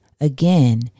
again